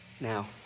now